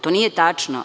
To nije tačno.